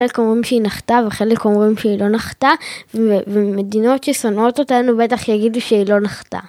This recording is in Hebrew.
חלק אומרים שהיא נחתה, וחלק אומרים שהיא לא נחתה ומדינות ששונאות אותנו בטח יגידו שהיא לא נחתה